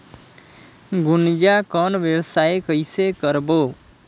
गुनजा कौन व्यवसाय कइसे करबो?